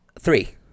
three